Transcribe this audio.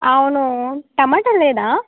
అవును టమోటా లేదా